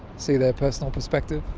see their personal perspective.